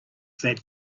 that